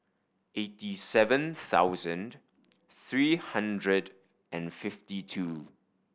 eighty seven thousand three hundred and fifty two